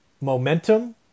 Momentum